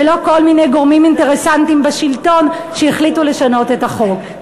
ולא כל מיני גורמים אינטרסנטיים בשלטון שהחליטו לשנות את החוק.